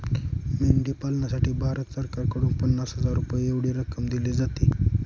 मेंढी पालनासाठी भारत सरकारकडून पन्नास हजार रुपये एवढी रक्कम दिली जाते